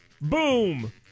boom